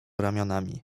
ramionami